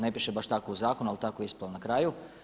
Ne piše baš tako u zakonu ali tako je ispalo na kraju.